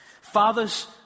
Fathers